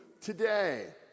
today